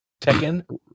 Tekken